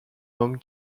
hommes